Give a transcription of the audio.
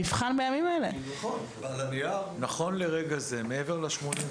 נכון לרגע זה, מעבר ל-89,